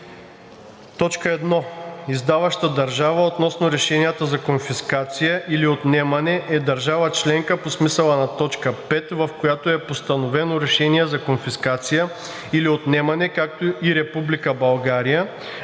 така: „1. „Издаваща държава“ относно решенията за конфискация или отнемане е държава членка по смисъла на т. 5, в която е постановено решение за конфискация или отнемане, както и Република